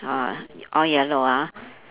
ah all yellow ah